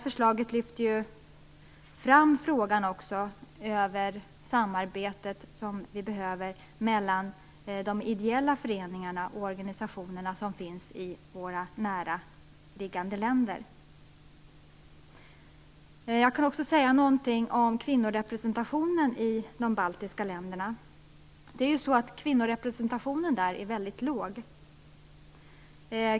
Förslaget lyfter fram frågan om samarbetet som behövs mellan de ideella föreningarna och organisationerna i våra närliggande länder. Jag skall beröra kvinnorepresentationen i de baltiska ländernas parlament, som är väldigt låg.